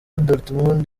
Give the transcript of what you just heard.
dortmund